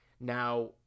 now